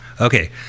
Okay